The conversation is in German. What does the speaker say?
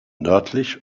nördlich